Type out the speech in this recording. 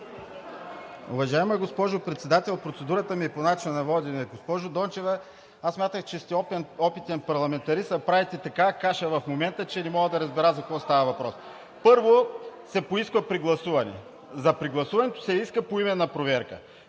Уважаема госпожо Председател, процедурата ми е по начина на водене. Госпожо Дончева, аз смятах, че сте опитен парламентарист, а правите такава каша в момента, че не мога да разбера за какво става въпрос. Първо, се поиска прегласуване. За прегласуването се иска поименна проверка.